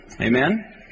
Amen